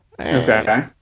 Okay